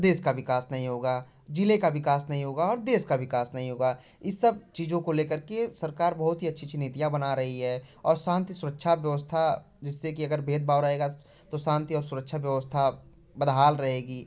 देश का विकास नहीं होगा ज़िले का विकास नहीं होगा और देश का विकास नहीं होगा इस सब चीज़ों को लेकर के सरकार बहुत ही अच्छी अच्छी नीतियाँ बना रही है और शांति सुरक्षा व्यवस्था जिससे कि अगर भेद भाव रहेगा तो शान्ति और सुरक्षा व्यवस्था बदहाल रेहगी